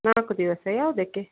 ನಾಲ್ಕು ದಿವಸ ಯಾವುದಕ್ಕೆ